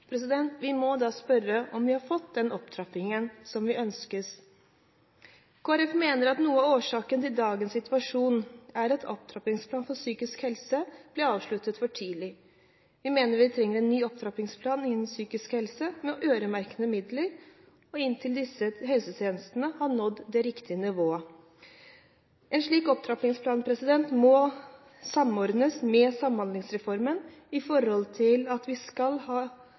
Vi må da spørre om vi har fått den opptrappingen som vi ønsker. Kristelig Folkeparti mener at noe av årsaken til dagens situasjon er at opptrappingsplanen for psykisk helse ble avsluttet for tidlig. Vi mener vi trenger en ny opptrappingsplan innen psykisk helse med øremerkede midler og inntil disse helsetjenestene har nådd det riktige nivået. En slik opptrappingsplan må samordnes med Samhandlingsreformen i forhold til at vi skal ha